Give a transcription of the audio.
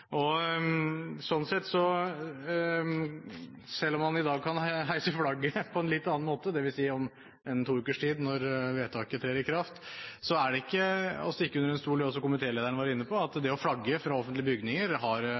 sammen. Sånn sett, selv om man i dag kan heise flagget på en litt annen måte – dvs. om to ukers tid, når vedtaket trer i kraft – er det ikke til å stikke under stol, som også komitélederen var inne på, at det å flagge fra offentlige bygninger har